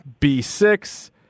B6